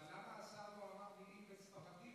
אבל למה אף אחד לא אמר מילים בספרדית?